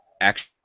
Action